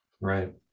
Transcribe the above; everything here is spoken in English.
right